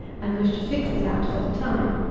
and wish to fix it at for the time.